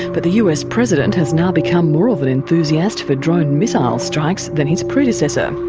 but the us president has now become more of an enthusiast for drone missile strikes than his predecessor.